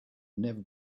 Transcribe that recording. never